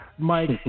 Mike